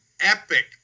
epic